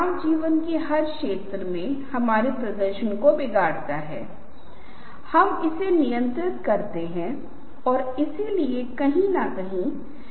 इस बात के लिए जहाँ कुछ चित्र हैं जो कुछ प्रतीकात्मक कार्य करता है बजाय सीधे संवाद करने के और फिर से आप पाते हैं कि बहुत सारे तत्व हैं और जाहिर है मेरी अनुपस्थिति में वे अंकों को समझाने का कार्य करते हैं